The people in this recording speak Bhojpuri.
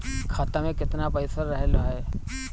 खाता में केतना पइसा रहल ह?